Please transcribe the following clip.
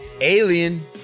Alien